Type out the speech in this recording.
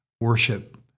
worship